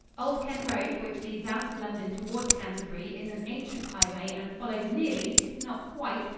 old kent road, which leads out of london towards canterbury, is an ancient highway, and follows nearly, if not quite,